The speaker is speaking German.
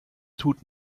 tut